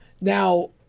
Now